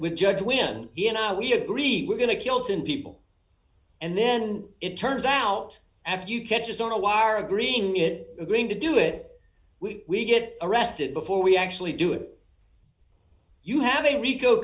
with judge when he and i we agree we're going to kill ten people and then it turns out after you catch us on a wire agreeing mitt going to do it we get arrested before we actually do it you have a rico